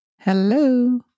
Hello